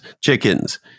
chickens